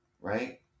Right